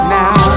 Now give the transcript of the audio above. now